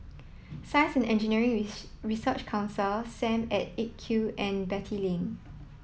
Science and Engineering Research Council Sam at eight Q and Beatty Lane